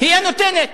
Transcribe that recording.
היא הנותנת.